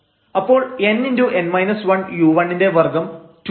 അപ്പോൾ nu1 ന്റെ വർഗ്ഗം 2 ആണ്